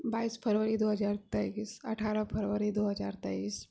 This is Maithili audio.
बाइस फरवरी दो हजार तेइस अठारह फरवरी दो हजार तेइस